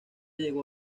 llegó